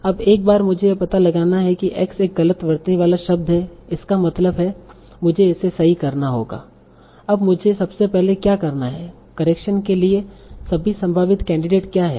अब एक बार मुझे पता है कि x एक गलत वर्तनी वाला शब्द है इसका मतलब है मुझे इसे सही करना होगा अब मुझे सबसे पहले क्या करना है करेक्शन के लिए सभी संभावित कैंडिडेट क्या हैं